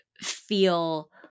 feel